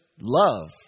love